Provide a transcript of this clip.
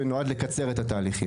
שמטרתו היא לקצר תהליכים.